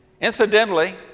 Incidentally